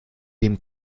dem